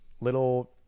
little